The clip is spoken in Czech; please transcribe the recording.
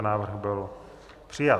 Návrh byl přijat.